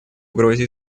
угрозе